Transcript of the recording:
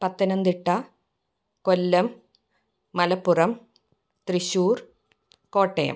Pathanamthitta Kollam Malappuram Thrissur Kottayam